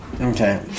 Okay